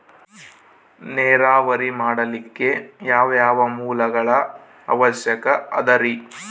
ನೇರಾವರಿ ಮಾಡಲಿಕ್ಕೆ ಯಾವ್ಯಾವ ಮೂಲಗಳ ಅವಶ್ಯಕ ಅದರಿ?